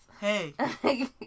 Hey